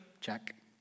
Check